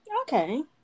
Okay